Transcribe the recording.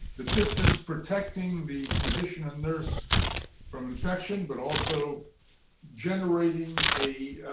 the distance protecting the physician and nurse from infection, but also generating a